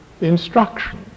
instruction